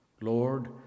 Lord